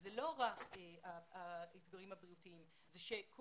אלה לא רק האתגרים הבריאותיים אלא כל